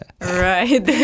Right